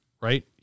right